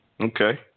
Okay